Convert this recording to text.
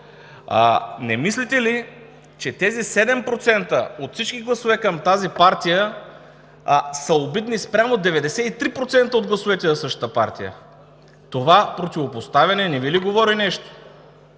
Не мислите ли, че тези 7% от всички гласове от тази партия са обидни спрямо 93% от гласовете на същата партия? Това противопоставяне не Ви ли говори нещо?